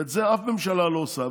ואת זה אף ממשלה לא עושה.